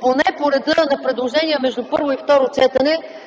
Поне по реда на предложения между първо и второ четене